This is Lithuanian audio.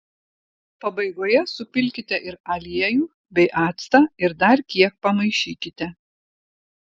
pabaigoje supilkite ir aliejų bei actą ir dar kiek pamaišykite